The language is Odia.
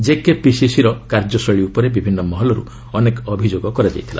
କେକେପିସିସିର କାର୍ଯ୍ୟଶୈଳୀ ଉପରେ ବିଭିନ୍ନ ମହଲର୍ତ୍ତ ଅନେକ ଅଭିଯୋଗ କରାଯାଇଥିଲା